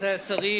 רבותי השרים,